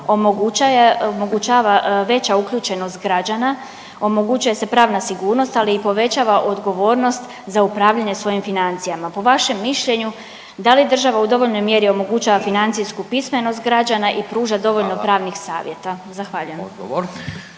omogućava veća uključenost građana, omogućuje se pravna sigurnost ali i povećava odgovornost za upravljanje svojim financijama. Po vašem mišljenju da li država u dovoljnoj mjeri omogućava financijsku pismenost građana i pruža dovoljno pravnih savjeta. …/Upadica